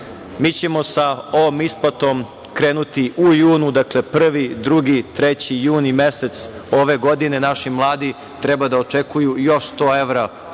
Mi ćemo sa ovom isplatom krenuti u junu. Dakle, 1, 2, 3. juni mesec ove godine naši mladi treba da očekuju još 100 evra